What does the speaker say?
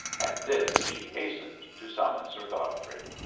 at this she hastened to summon sir godfrey.